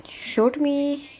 show to me